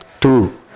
two